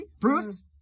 Bruce